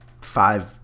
five